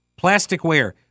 plasticware